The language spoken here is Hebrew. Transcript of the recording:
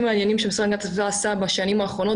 מעניינים שהמשרד להגנת הסביבה עשה בשנים האחרונות